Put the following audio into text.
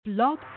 Blog